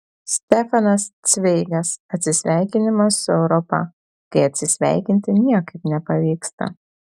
stefanas cveigas atsisveikinimas su europa kai atsisveikinti niekaip nepavyksta